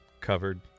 covered